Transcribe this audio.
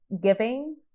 giving